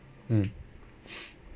mm